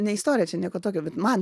ne istorija čia nieko tokio bet man